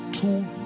two